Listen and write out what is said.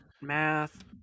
math